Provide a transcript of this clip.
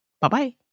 bye-bye